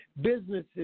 businesses